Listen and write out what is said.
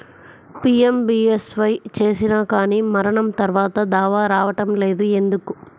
PMBSY చేసినా కానీ మరణం తర్వాత దావా రావటం లేదు ఎందుకు?